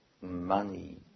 money